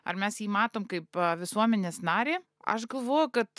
ar mes jį matom kaip visuomenės narį aš galvoju kad